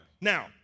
Now